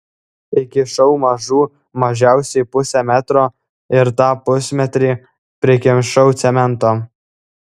įkišau mažų mažiausiai pusę metro ir tą pusmetrį prikimšau cemento